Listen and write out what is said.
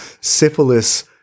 syphilis